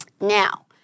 Now